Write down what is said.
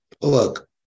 look